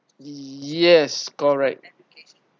yes correct